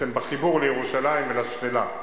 בעצם בחיבור לירושלים ולשפלה,